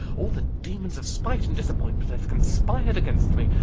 all the demons of spite and disappointment have conspired against me!